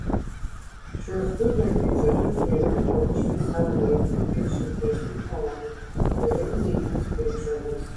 šiuos du herbicidus geriau purkšti saulėtu ir šiltesniu oru geriau naikins piktžoles